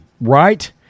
right